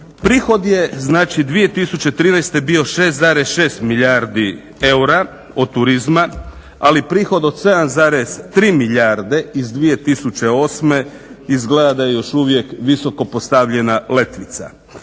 Prihod je znači 2013.bio 6,6 milijardi eura od turizma ali prihod od 7,3 milijarde iz 2008.izgleda da je još uvijek visoko postavljena letvica.